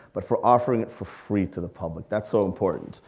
but for offering it for free to the public. that's so important,